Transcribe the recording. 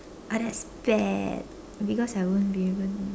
I don't have that because I won't be able to know